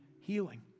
healing